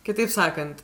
kitaip sakant